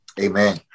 Amen